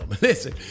Listen